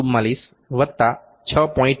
44 વત્તા 6